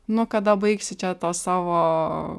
nu kada baigsi čia tuos savo